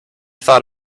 thought